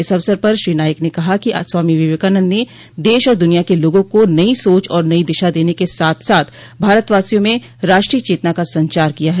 इस अवसर पर श्री नाईक ने कहा कि स्वामी विवेकानन्द ने देश और दुनिया के लोगों को नई सोच और नई दिशा देने के साथ साथ भारतवासियों में राष्ट्रीय चेतना का संचार किया है